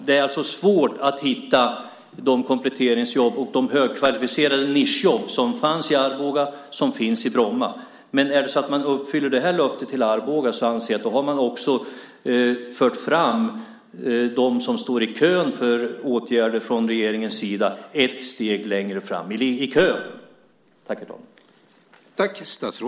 Det är svårt att hitta de kompletteringsjobb och högkvalificerade nischjobb som fanns i Arboga och som finns i Bromma. Om man uppfyller det här löftet till Arboga anser jag att man också har fört dem som står i kö för åtgärder från regeringens sida ett steg längre fram i kön.